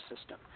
system